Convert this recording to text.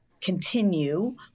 continue